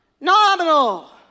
Nominal